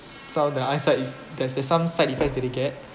so their eyesight is there's there's some side effects that they get